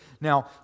Now